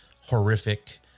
horrific